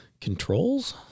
controls